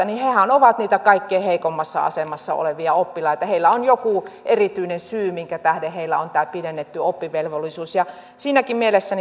niin hehän ovat niitä kaikkein heikoimmassa asemassa olevia oppilaita heillä on joku erityinen syy minkä tähden heillä on tämä pidennetty oppivelvollisuus siinäkin mielessä